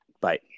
Bye